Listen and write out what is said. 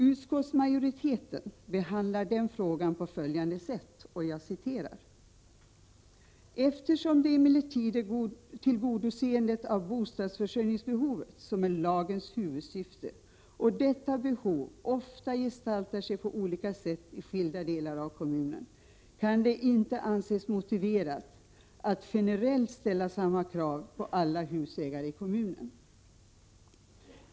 Utskottsmajoriteten behandlar den frågan på följande sätt: ”Eftersom det emellertid är tillgodoseendet av bostadsförsörjningsbehovet som är lagens huvudsyfte och detta behov ofta gestaltar sig på olika sätt i skilda delar av kommunen kan det inte anses motiverat att generellt ställa samma krav på alla husägare i kommunen.